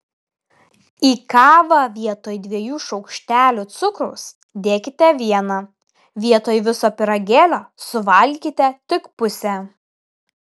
į kavą vietoj dviejų šaukštelių cukraus dėkite vieną vietoj viso pyragėlio suvalgykite tik pusę